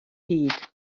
hyd